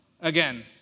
Again